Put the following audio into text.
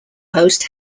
host